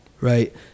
right